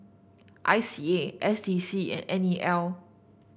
I C A S D C and N E L